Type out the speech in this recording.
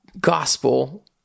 gospel